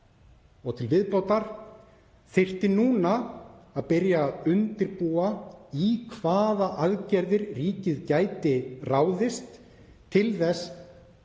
Til viðbótar þyrfti núna að byrja að undirbúa hvaða aðgerðir ríkið gæti ráðist í til þess að